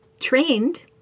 trained